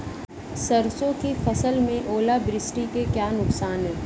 सरसों की फसल में ओलावृष्टि से क्या नुकसान है?